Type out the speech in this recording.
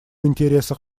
интересах